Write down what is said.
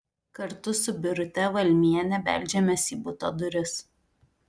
kartu su birute valmiene beldžiamės į buto duris